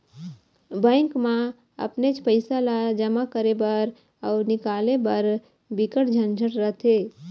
bank म अपनेच पइसा ल जमा करे बर अउ निकाले बर बिकट झंझट रथे